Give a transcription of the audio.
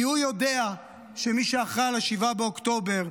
כי הוא יודע שמי שאחראי על 7 באוקטובר,